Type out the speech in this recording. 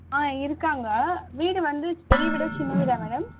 ஆம் இருக்காங்கள் வீடு வந்து பெரிய வீடா சின்ன வீடா மேடம்